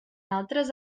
altres